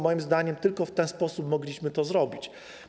Moim zdaniem tylko w ten sposób mogliśmy to zrobić.